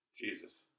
Jesus